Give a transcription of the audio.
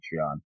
Patreon